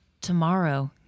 tomorrow